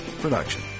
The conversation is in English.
Production